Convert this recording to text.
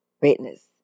greatness